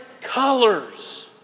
colors